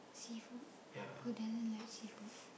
seafood who doesn't like seafood